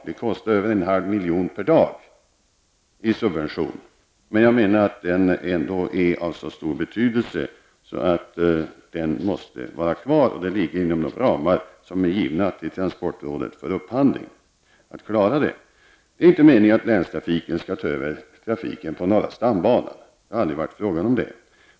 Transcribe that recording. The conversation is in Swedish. Den kostar en halv miljon kronor per dag i subventioner, men jag menar att den är av så stor betydelse att den måste vara kvar, och att klara den ligger inom de ramar som transportrådet har fått för upphandling. Det är inte meningen att länstrafiken skall ta över trafiken på norra stambanan -- det har aldrig varit fråga om det.